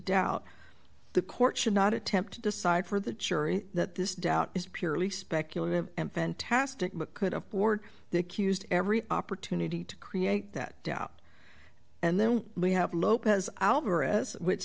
doubt the court should not attempt to decide for the jury that this doubt is purely speculative and fantastic but could afford the accused every opportunity to create that doubt and then we have lopez alvarez which